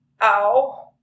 ow